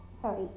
sorry